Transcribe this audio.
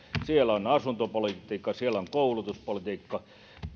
siellä on asuntopolitiikka siellä on koulutuspolitiikka